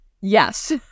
yes